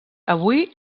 avui